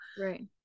Right